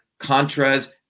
Contras